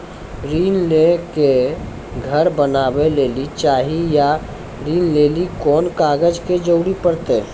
ऋण ले के घर बनावे लेली चाहे या ऋण लेली कोन कागज के जरूरी परतै?